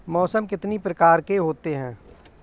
मौसम कितनी प्रकार के होते हैं?